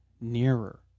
nearer